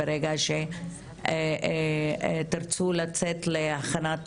ברגע שתרצו לצאת להכנת